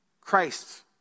Christ